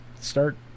start